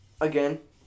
again